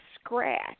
scratch